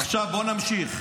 עכשיו, בואו נמשיך.